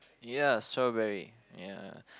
ya strawberry ya